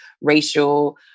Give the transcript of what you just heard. racial